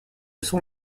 sont